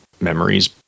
memories